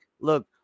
look